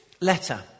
letter